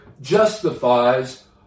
justifies